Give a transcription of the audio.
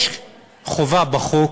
יש בחוק